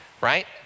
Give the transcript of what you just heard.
right